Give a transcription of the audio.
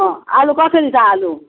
आलु कसरी छ आलु